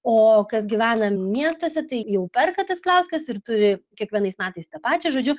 o kas gyvena miestuose tai jau perka tas pliauskas ir turi kiekvienais metais tą pačią žodžiu